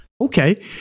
Okay